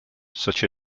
such